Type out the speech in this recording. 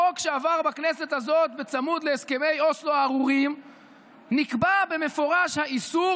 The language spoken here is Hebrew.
בחוק שעבר בכנסת הזאת בצמוד להסכמי אוסלו הארורים נקבע במפורש האיסור,